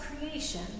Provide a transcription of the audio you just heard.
creation